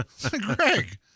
greg